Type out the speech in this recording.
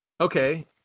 Okay